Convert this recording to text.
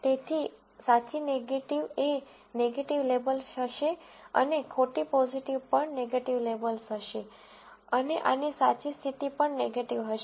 તેથી સાચી નેગેટીવ એ નેગેટીવ લેબલ્સ હશે અને ખોટી પોઝીટિવ પણ નેગેટીવ લેબલ્સ હશે અને આની સાચી સ્થિતિ પણ નેગેટીવ હશે